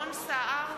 גדעון סער,